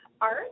art